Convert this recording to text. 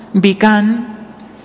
began